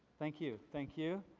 thank you. thank you.